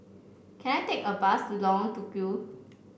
can I take a bus to Long Tukol